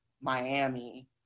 Miami